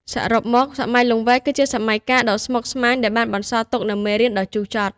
សរុបមក សម័យលង្វែកគឺជាសម័យកាលដ៏ស្មុគស្មាញដែលបានបន្សល់ទុកនូវមេរៀនដ៏ជូរចត់។